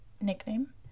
nickname